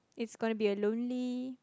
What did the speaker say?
it' gonna be a lonely